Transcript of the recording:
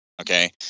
okay